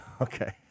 Okay